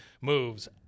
moves